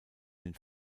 den